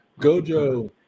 Gojo